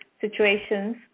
situations